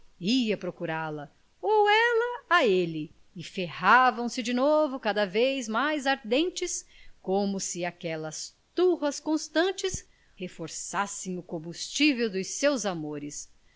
ia procurá-la ou ela a ele e ferravam se de novo cada vez mais ardentes como se aquelas turras constantes reforçassem o combustível dos seus amores